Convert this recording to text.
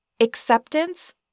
acceptance